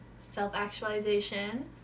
self-actualization